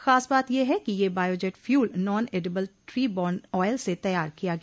खास बात यह है कि यह biojet fuel non edible treeborne oil से तैयार किया गया